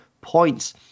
points